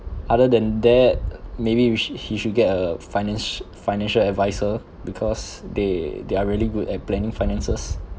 other than that maybe we should he should get a finance financial adviser because they they are really good at planning finances